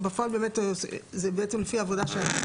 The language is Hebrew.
בפועל זה בעצם לפי עבודה?